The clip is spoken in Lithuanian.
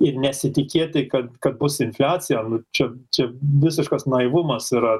ir nesitikėti kad kad bus infliacija čia čia visiškas naivumas yra